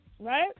Right